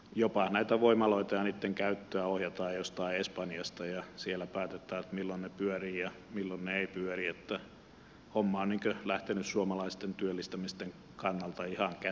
jopa näitä voimaloita ja niitten käyttöä ohjataan jostain espanjasta ja siellä päätetään milloin ne pyörivät ja milloin ne eivät pyöri joten homma on lähtenyt suomalaisten työllistämisten kannalta ihan käsistä